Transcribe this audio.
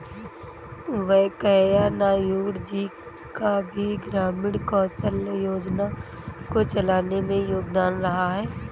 वैंकैया नायडू जी का भी ग्रामीण कौशल्या योजना को चलाने में योगदान रहा है